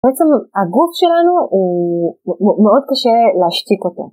בעצם הגוף שלנו הוא... מאוד קשה להשתיק אותו.